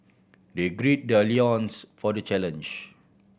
they gird their loins for the challenge